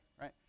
right